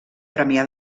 premià